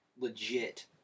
legit